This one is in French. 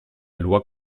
loi